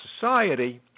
society